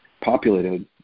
populated